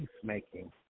peacemaking